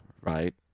right